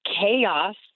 chaos